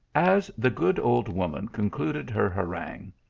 as the good old woman concluded her harangue,